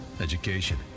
education